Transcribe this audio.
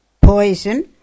poison